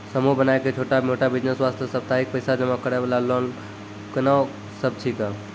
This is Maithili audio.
समूह बनाय के छोटा मोटा बिज़नेस वास्ते साप्ताहिक पैसा जमा करे वाला लोन कोंन सब छीके?